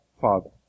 Father